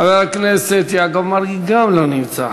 חבר הכנסת יעקב מרגי, גם לא נמצא.